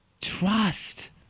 Trust